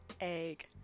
egg